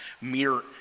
mere